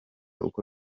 uko